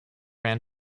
ran